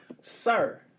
Sir